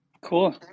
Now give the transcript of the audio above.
Cool